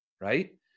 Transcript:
right